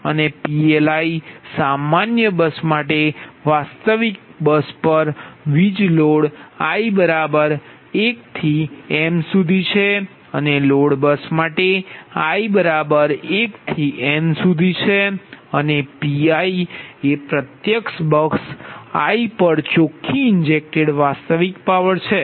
અને PLi સામાન્ય bus માટે વાસ્તવિક બસ પર વીજ લોડ i 12m અને લોડ બસ માટે i 12 n અને Pi એ પ્રત્યક્ષ બસ i પર ચોખ્ખી ઇન્જેકટેડ વાસ્તવિક પાવર છે